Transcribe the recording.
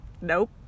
Nope